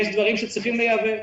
יש דברים שצריך לייבא.